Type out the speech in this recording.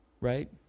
Right